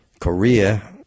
Korea